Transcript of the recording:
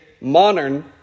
modern